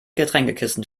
getränkekisten